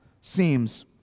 seems